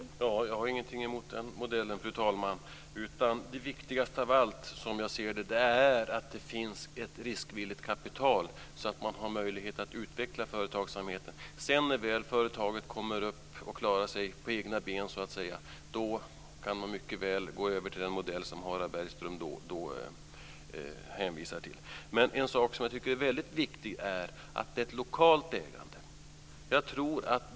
Fru talman! Jag har ingenting emot den modellen, utan det viktigaste av allt, som jag ser det, är att det finns ett riskvilligt kapital så att man har möjlighet att utveckla företagsamheten. Sedan när väl företaget klarar sig så att säga på egna ben, då kan man mycket väl gå över till den modell som Harald Bergström hänvisar till. En sak som jag tycker är väldigt viktig är att det ska vara ett lokalt ägande.